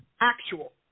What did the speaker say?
actual